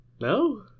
No